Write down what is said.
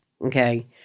Okay